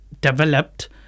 developed